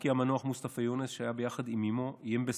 5. אם לא,